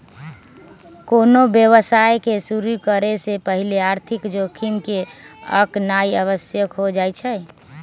कोनो व्यवसाय के शुरु करे से पहिले आर्थिक जोखिम के आकनाइ आवश्यक हो जाइ छइ